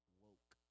woke